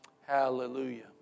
Hallelujah